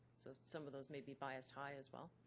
so some of those may be biased high as well.